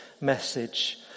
message